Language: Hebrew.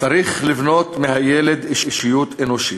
צריך לבנות מהילד אישיות אנושית,